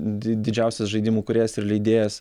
di didžiausias žaidimų kūrėjas ir leidėjas